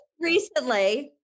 recently